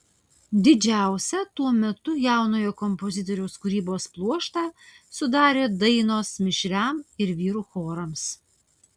didžiausią tuo metu jaunojo kompozitoriaus kūrybos pluoštą sudarė dainos mišriam ir vyrų chorams